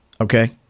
Okay